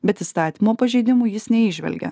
bet įstatymo pažeidimų jis neįžvelgia